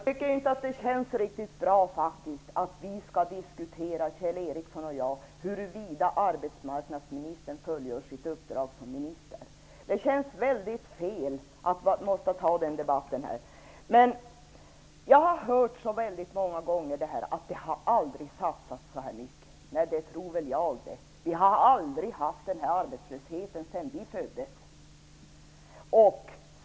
Herr talman! Jag tycker faktiskt inte att det känns riktigt bra att Kjell Ericsson och jag skall diskutera huruvida arbetsmarknadsministern fullgör sitt uppdrag som minister eller ej. Det känns fel att ta den debatten här. Jag har så många gånger hört att det aldrig har satsats så här mycket. Nej, men det har heller aldrig varit en sådan här arbetslöshet sedan vi föddes.